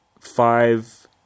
five